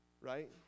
right